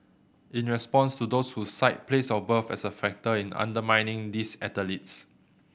in response to those who cite place of birth as a factor in undermining these athletes